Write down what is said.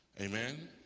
Amen